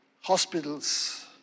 hospitals